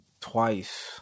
twice